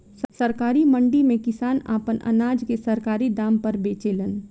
सरकारी मंडी में किसान आपन अनाज के सरकारी दाम पर बेचेलन